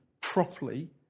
properly